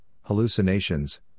hallucinations